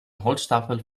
holzstapel